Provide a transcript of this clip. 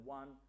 one